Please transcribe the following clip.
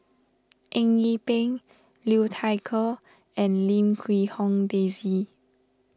Eng Yee Peng Liu Thai Ker and Lim Quee Hong Daisy